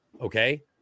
okay